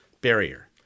barrier